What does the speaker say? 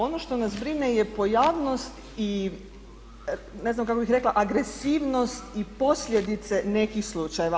Ono što nas brine je pojavnost i ne znam kako bih rekla agresivnost i posljedice nekih slučajeva.